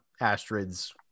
Astrid's